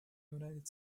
united